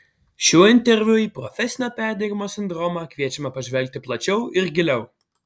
šiuo interviu į profesinio perdegimo sindromą kviečiame pažvelgti plačiau ir giliau